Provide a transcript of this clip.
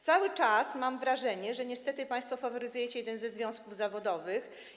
Cały czas mam wrażenie, że niestety państwo faworyzujecie jeden ze związków zawodowych.